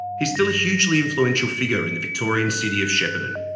he's still a hugely influential figure in the victorian city of shepparton.